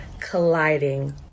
colliding